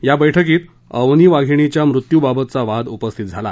या बैठकीत अवनी वाघीणीच्या मृत्यूबाबतचा वाद उपस्थित झाला